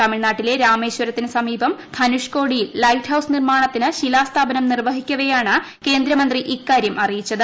തമിഴ്നാട്ടിലെ രാമേശ്വരത്തിന് സമീപം ധനുഷ് കോടിയിൽ ലൈറ്റ് ഹൌസ് നിർമ്മാണത്തിന് ശിലാ സ്ഥാപനം നിർവഹിക്കവെയാണ് മന്ത്രി ഇക്കാര്യം അറിയിച്ചത്